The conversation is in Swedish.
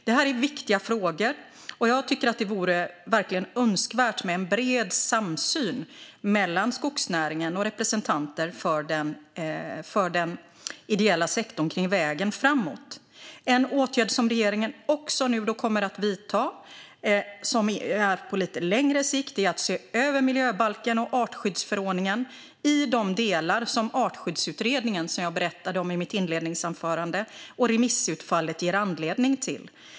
Detta är viktiga frågor, och jag tycker att det verkligen vore önskvärt med en bred samsyn mellan skogsnäringen och representanter för den ideella sektorn kring vägen framåt. En åtgärd som regeringen nu också kommer att vidta och som är på lite längre sikt är att se över miljöbalken och artskyddsförordningen i de delar som Artskyddsutredningen , som jag berättade om i mitt svar, och remissutfallet ger anledning till.